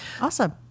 Awesome